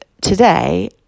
today